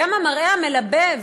גם המראה המלבב,